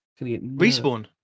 Respawn